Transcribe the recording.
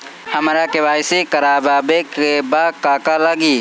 हमरा के.वाइ.सी करबाबे के बा का का लागि?